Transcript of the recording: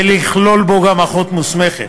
ולכלול בו גם אחות מוסמכת.